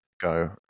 Go